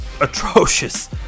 atrocious